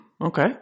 Okay